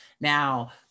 Now